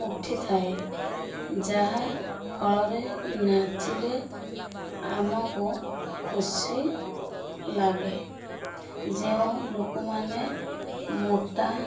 ଉଠିଥାଏ ଯାହାଫଳରେ ନାଚିଲେ ଆମକୁ ଖୁସି ଲାଗେ ଯେଉଁ ଲୋକମାନେ ମୋଟା